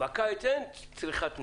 בקיץ אין צריכת נפט,